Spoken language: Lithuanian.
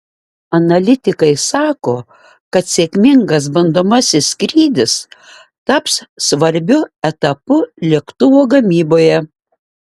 analitikai sako kad sėkmingas bandomasis skrydis taps svarbiu etapu lėktuvo gamyboje